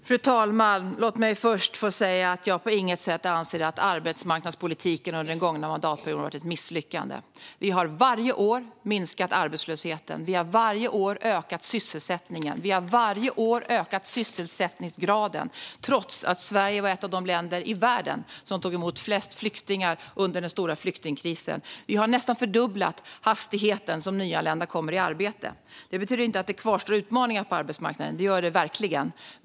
Fru talman! Låt mig först få säga att jag på inget sätt anser att arbetsmarknadspolitiken under den gångna mandatperioden har varit ett misslyckande. Vi har varje år minskat arbetslösheten, vi har varje år ökat sysselsättningen och vi har varje år ökat sysselsättningsgraden, trots att Sverige var ett av de länder i världen som tog emot flest flyktingar under den stora flyktingkrisen. Vi har nästan fördubblat hastigheten för nyanlända att komma i arbete. Det betyder inte att det inte kvarstår utmaningar på arbetsmarknaden; det gör det verkligen.